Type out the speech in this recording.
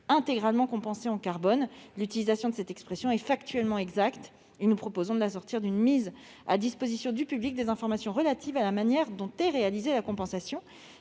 intégralement compensé en carbone ». L'utilisation de cette expression est factuellement exacte et nous proposons de l'assortir d'une mise à disposition du public des informations relatives à la manière dont est réalisée la compensation.